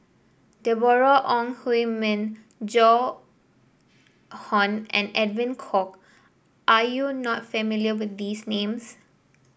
Deborah Ong Hui Min Joan Hon and Edwin Koek are you not familiar with these names